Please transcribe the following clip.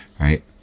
right